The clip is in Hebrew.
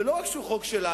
ולא רק שהוא חוק שלנו,